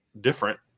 different